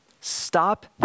Stop